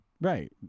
Right